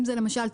למשל,